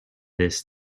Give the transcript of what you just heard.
this